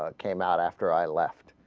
ah came out after i left